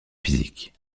physique